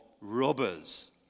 robbers